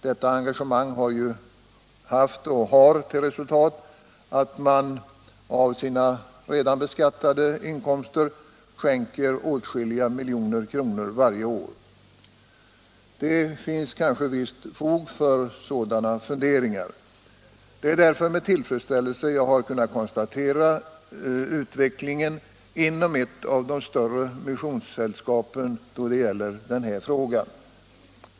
Detta engagemang har ju haft och har till resultat att man av sina redan beskattade inkomster sammantaget skänker åtskilliga miljoner kronor varje år. Det finns kanske visst fog för sådana funderingar. Det är därför med tillfredsställelse jag har kunnat konstatera utvecklingen inom ett av de större missionssällskapen då det gäller den här frågan.